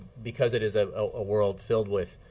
because it is a ah world filled with